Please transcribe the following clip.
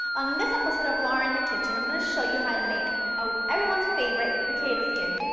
on this episode of laura in the kitchen i'm going to show you how to make ah everyone's favorite potato skins.